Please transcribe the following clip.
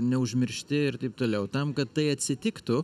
neužmiršti ir taip toliau tam kad tai atsitiktų